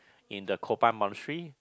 in the Kopan monastery